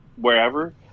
wherever